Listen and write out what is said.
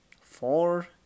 four